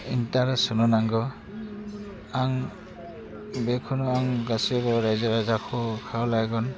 हेंथा आरो सोलोंनांगौ आं बेखौनो आं गासैबो राज्यो राजाखौ खावलायगोन